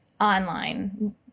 online